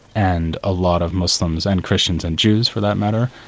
and a lot of muslims and christians and jews for that matter,